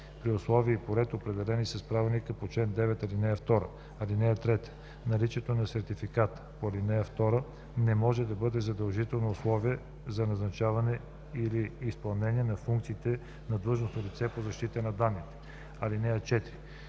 при условия и по ред, определени с правилника по чл. 9, ал. 2. (3) Наличието на сертификат по ал. 2 не може да бъде задължително условие за назначаване или изпълнение на функциите на длъжностно лице по защита на данните. (4)